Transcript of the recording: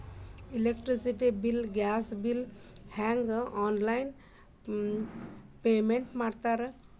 electricity bill gas bill ಹೆಂಗ online payment ಮಾಡ್ತಾರಾ